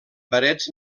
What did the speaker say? parets